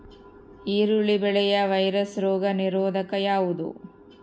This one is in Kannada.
ಈರುಳ್ಳಿ ಬೆಳೆಯ ವೈರಸ್ ರೋಗ ನಿರೋಧಕ ಯಾವುದು?